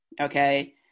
Okay